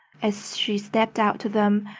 as she stepped out to them,